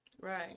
Right